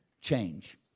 change